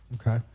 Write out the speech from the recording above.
Okay